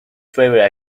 favorite